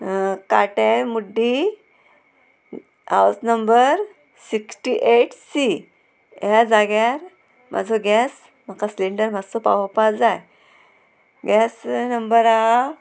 काटेमुड्डी हावज number sixty eight C ह्या जाग्यार म्हाजो गॅस म्हाका सिलींडर मातसो पावोवपा जाय गॅस नंबर आहा